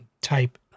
type